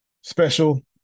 special